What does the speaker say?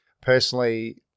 Personally